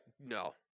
No